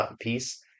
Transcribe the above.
piece